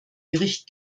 gericht